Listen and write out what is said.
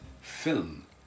film